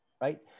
right